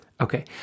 Okay